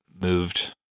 moved